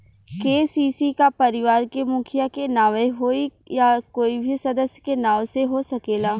KCC का परिवार के मुखिया के नावे होई या कोई भी सदस्य के नाव से हो सकेला?